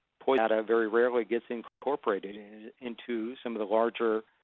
poison data very rarely gets incorporated into some of the larger